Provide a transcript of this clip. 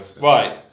Right